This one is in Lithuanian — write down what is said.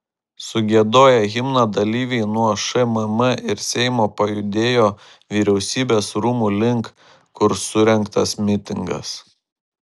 sugiedoję himną dalyviai nuo šmm ir seimo pajudėjo vyriausybės rūmų link kur surengtas mitingas